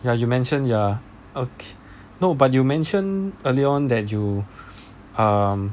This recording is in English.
ya you mentioned ya okay no but you mentioned early on that you um